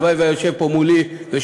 הלוואי שהוא היה יושב פה מולי ושומע.